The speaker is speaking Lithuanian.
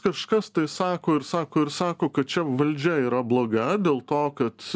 kažkas tai sako ir sako ir sako kad čia valdžia yra bloga dėl to kad